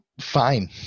Fine